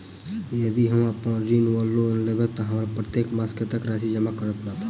यदि हम ऋण वा लोन लेबै तऽ हमरा प्रत्येक मास कत्तेक राशि जमा करऽ पड़त?